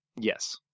Yes